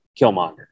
Killmonger